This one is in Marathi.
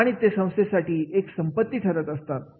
आणि ते संस्थेसाठी एक संपत्ती ठरत असतात